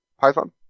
Python